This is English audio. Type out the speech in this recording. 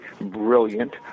brilliant